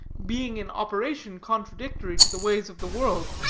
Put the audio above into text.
being in operation contradictory to the ways of the world,